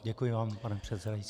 Děkuji vám, pane předsedající.